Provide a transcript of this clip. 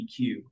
EQ